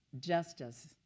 justice